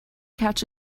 catch